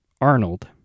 Arnold